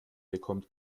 bekommt